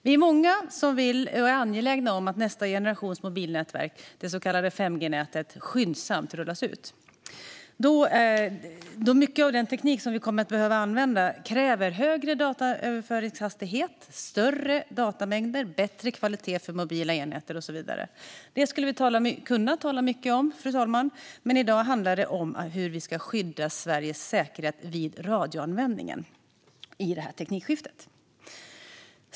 Vi är många som är angelägna om att nästa generations mobilnätverk, det så kallade 5G-nätet, skyndsamt rullas ut, då mycket av den teknik vi kommer att behöva använda kräver högre dataöverföringshastighet, större datamängder, bättre kvalitet för mobila enheter och så vidare. Detta skulle vi kunna tala mycket om, fru talman, men i dag handlar det om hur vi ska skydda Sveriges säkerhet vid radioanvändningen i detta teknikskifte.